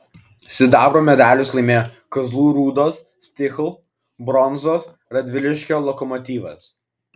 sidabro medalius laimėjo kazlų rūdos stihl bronzos radviliškio lokomotyvas